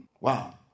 Wow